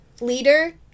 leader